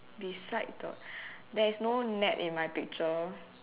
beside the there is no net in my picture